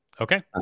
Okay